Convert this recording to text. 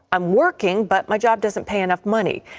um working but my job doesn't pay enough money.